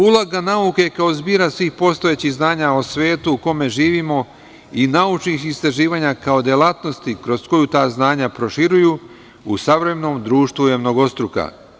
Uloga nauke kao zbira svih postojećih znanja o svetu u kome živimo i naučnih istraživanja kao delatnosti kroz koju ta znanja proširuju, u savremenom društvu je mnogostruka.